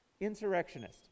insurrectionist